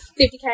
50K